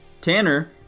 Tanner